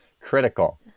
Critical